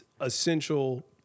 essential